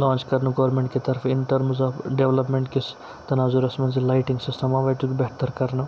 launch کَرنہٕ government کہِ طرفہٕ اِن ٹٔرمٕز آف ڈٮ۪ولَپمٮ۪نٛٹ کِس تناظرَس منٛز یہِ لایٹِنٛگ سِسٹَم آو بہتر کَررنہٕ